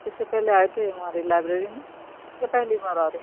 اس سے پہلے آئے تھے ہمارے لائبریری میں یا پہلی بار آ رہے